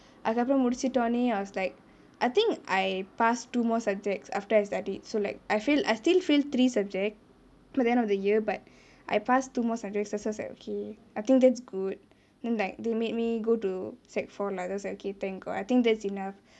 அதுக்கு அப்ரோ முடிச்சிட்டோனே:athuku apro mudichitone I was like I think I passed two more subjects after I studied so like I failed I still failed three subject by the end of the year but I passed two more subjects so I was like okay I think that's good then like they made me go to secondary four lah then I was like okay thank god I think that's enough